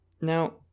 Now